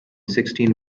sixteen